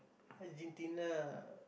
Argentina